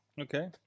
Okay